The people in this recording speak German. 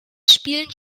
spielen